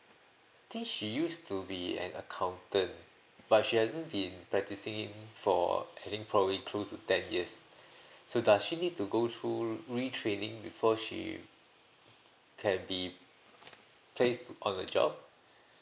I think she used to be an accountant but she hasn't been practicing for I think probably close to ten years so does she need to go through retraining before she can be placed on the job